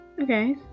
Okay